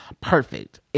perfect